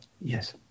Yes